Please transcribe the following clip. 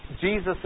Jesus